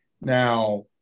Now